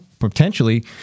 potentially